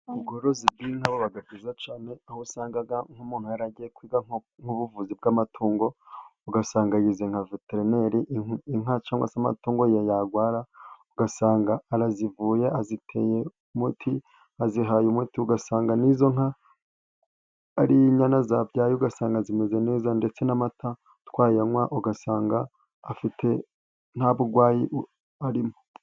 Ubworozi bw'inka buba bwiza cyane ,aho usanga nk'umuntu yaragiye kwiga nk'ubuvuzi bw'amatungo, ugasanga yize nka veterineri ,inka cyangwa se amatungo yarwara ugasanga arazivuye aziteye umuti ,azihaye umuti, ugasanga n'izo nka ari inyana zabyaye ,ugasanga zimeze neza, ndetse n'amata twayanywa ugasanga afite, nta burwayi arimo.